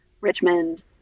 Richmond